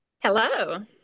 Hello